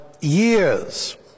years